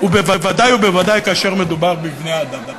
ובוודאי ובוודאי כאשר מדובר בבני-אדם.